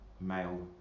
male